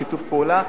בשיתוף פעולה,